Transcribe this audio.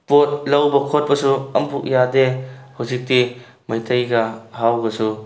ꯄꯣꯠ ꯂꯧꯕ ꯈꯣꯠꯄꯁꯨ ꯑꯃꯐꯥꯎ ꯌꯥꯗꯦ ꯍꯧꯖꯤꯛꯇꯤ ꯃꯩꯇꯩꯒ ꯍꯥꯎꯒꯁꯨ